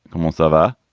almost over.